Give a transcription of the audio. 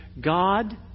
God